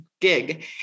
gig